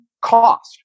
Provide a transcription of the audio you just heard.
cost